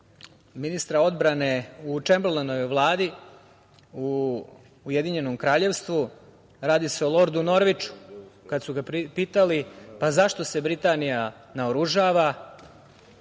ministra odbrane u Čemberlenovoj Vladi, u Ujedinjenom Kraljevstvu, radi se o Lordu Norviču, kada su ga pitali zašto se Britanija naoružava